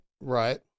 right